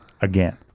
Again